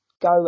go